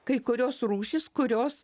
kai kurios rūšys kurios